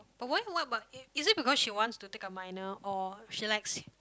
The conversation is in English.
but why if what about it is it because she wants to take a minor or she likes